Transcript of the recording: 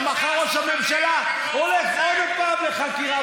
כי מחר ראש הממשלה הולך עוד פעם לחקירה,